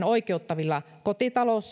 oikeuttavilla kotitalous